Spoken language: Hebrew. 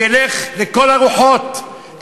שילך לכל הרוחות,